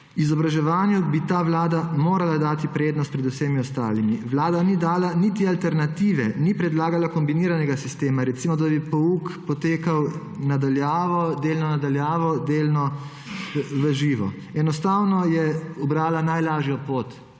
Izobraževanju bi ta vlada morala dati prednost pred vsemi ostalimi. Vlada ni dala niti alternative. Ni predlagala kombiniranega sistema, recimo da bi pouk potekal delno na daljavo, delno v živo. Enostavno je ubrala najlažjo pot,